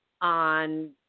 on